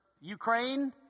Ukraine